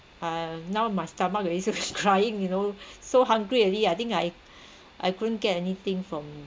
uh now my stomach already so crying you know so hungry already I think I I couldn't get anything from